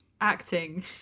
acting